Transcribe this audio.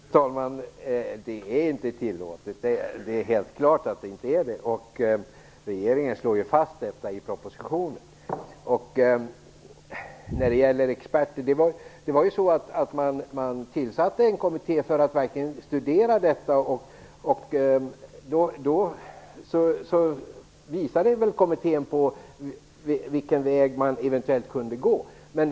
Fru talman! Det är inte tillåtet. Det är helt klart att det inte är det. Regeringen slår fast det i propositionen. Så till det här med experterna. Man tillsatte en kommitté för att verkligen studera detta. Kommittén visade vilken väg man eventuellt skulle kunna gå.